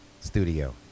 studio